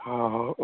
ହଁ ହଉ